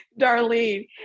Darlene